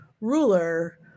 ruler